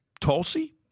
Tulsi